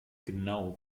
genau